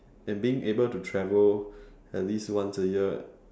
and being able to travel at least once a year